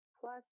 plus